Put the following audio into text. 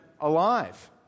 alive